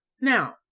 Now